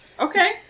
Okay